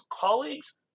colleagues